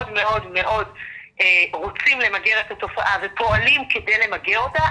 מאוד רוצים למגר את התופעה ופועלים כדי למגר אותה,